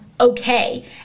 okay